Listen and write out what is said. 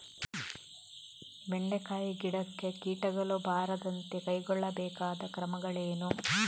ಬೆಂಡೆಕಾಯಿ ಗಿಡಕ್ಕೆ ಕೀಟಗಳು ಬಾರದಂತೆ ಕೈಗೊಳ್ಳಬೇಕಾದ ಕ್ರಮಗಳೇನು?